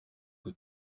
que